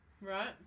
Right